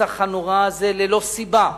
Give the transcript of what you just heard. הרצח הנורא הזה ללא סיבה,